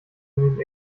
den